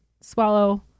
swallow